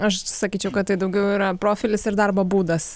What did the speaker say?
aš sakyčiau kad tai daugiau yra profilis ir darbo būdas